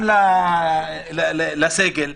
גם לסגל.